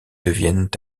deviennent